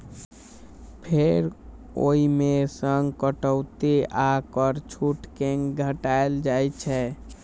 फेर ओइ मे सं कटौती आ कर छूट कें घटाएल जाइ छै